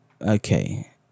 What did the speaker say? okay